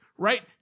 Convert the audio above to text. Right